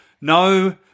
No